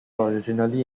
originally